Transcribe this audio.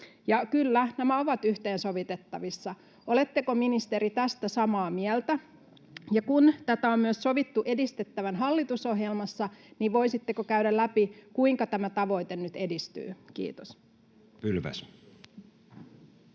kyllä, nämä ovat yhteensovitettavissa. Oletteko ministeri tästä samaa mieltä? Ja kun tätä on myös sovittu edistettävän hallitusohjelmassa, niin voisitteko käydä läpi, kuinka tämä tavoite nyt edistyy? — Kiitos. [Speech